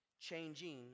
changing